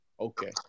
okay